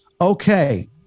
Okay